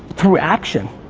through action,